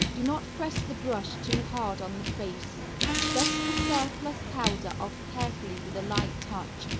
do not press the brush too hard on the face dust the surplus powder off carefully with a light touch,